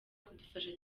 kudufasha